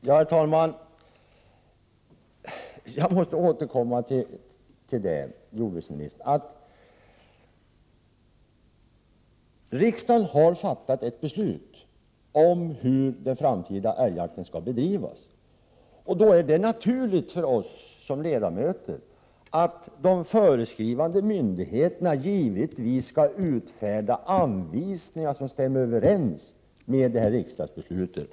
Herr talman! Jag måste återkomma, jordbruksministern, till det faktum att riksdagen har fattat ett beslut om hur den framtida älgjakten skall bedrivas. Det är då naturligt för oss ledamöter att de föreskrivande myndigheterna skall utfärda anvisningar som stämmer överens med riksdagsbeslutet.